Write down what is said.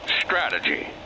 strategy